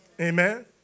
amen